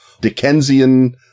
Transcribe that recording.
Dickensian